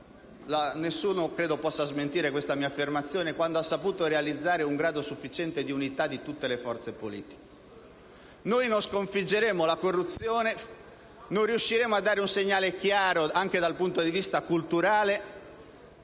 nessuno, credo, possa smentire questa mia affermazione - realizzare un grado sufficiente di unità di tutte le forze politiche. Noi non sconfiggeremo la corruzione e non riusciremo a dare un segnale chiaro, anche dal punto di vista culturale,